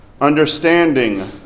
understanding